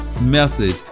message